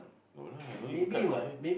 no lah no need to cut my hair